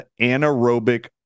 anaerobic